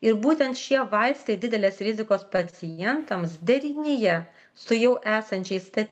ir būtent šie vaistai didelės rizikos pacientams derinyje su jau esančiais sta